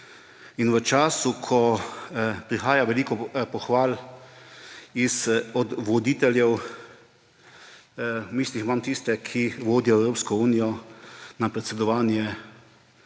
in v času, ko prihaja veliko pohval od voditeljev – v mislih imam tiste, ki vodijo Evropsko unijo – na predsedovanje